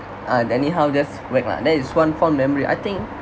uh anyhow just whack lah that is one fond memory I think